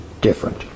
different